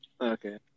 Okay